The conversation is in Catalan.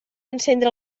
encendre